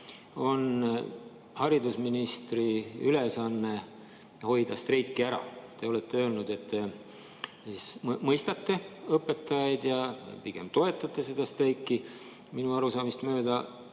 on haridusministri ülesanne hoida streik ära. Te olete öelnud, et te mõistate õpetajaid ja pigem toetate seda streiki. Minu arusaamist mööda